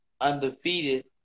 undefeated